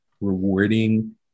rewarding